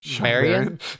Marion